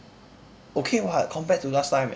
okay [what] compared to last time eh